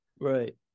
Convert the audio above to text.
Right